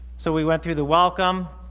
so we went through the welcome.